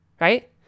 Right